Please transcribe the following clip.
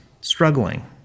struggling